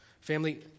Family